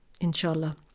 inshallah